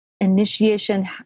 initiation